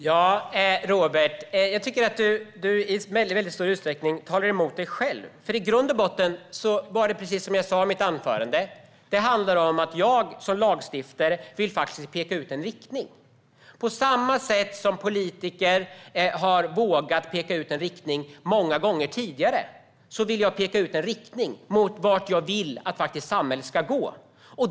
Fru talman! Jag tycker att du i väldigt stor uträckning talar emot dig själv, Robert Hannah. I grund och botten är det precis som jag sa i mitt anförande. Det handlar om att jag som lagstiftare vill peka ut en riktning. På samma sätt som när politiker vågat peka ut en riktning många gånger tidigare vill jag peka ut en riktning mot vart jag vill att samhället ska gå.